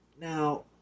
Now